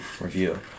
review